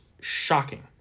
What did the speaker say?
shocking